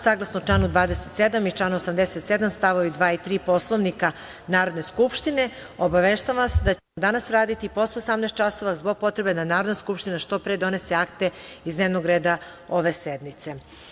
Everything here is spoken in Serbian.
Saglasno članu 27. i članu 77. stavovi 2. i 3. Poslovnika Narodne skupštine obaveštavam vas da ćemo danas raditi i posle 18.00 časova zbog potrebe da Narodna skupština što pre donese akte iz dnevnog reda ove sednice.